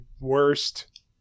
worst